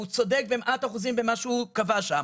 שהוא צודק במאת האחוזים במה שהוא קבע שם.